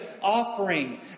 offering